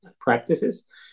practices